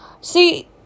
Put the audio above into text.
See